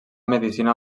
medicina